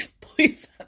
please